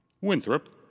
Winthrop